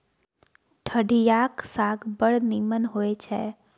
ठढियाक साग बड़ नीमन होए छै